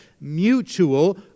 Mutual